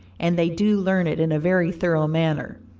and they do learn it in a very thorough manner.